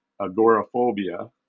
agoraphobia